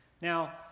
Now